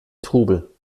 trubel